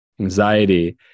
anxiety